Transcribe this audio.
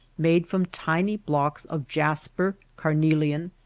made from tiny blocks of jasper, carnelian,